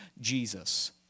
Jesus